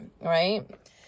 right